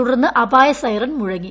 തുടർന്ന് അപായ സൈറൺ മുഴങ്ങി